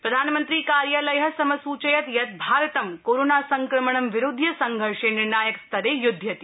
प्रधानमन्त्री कार्यालय समसूचयत् यत् भारतं कोरोना संक्रमणं विरुध्य संघर्षे निर्णायक स्तरे युध्यति